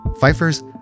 Pfeiffer's